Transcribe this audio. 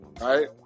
right